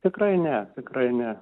tikrai ne tikrai ne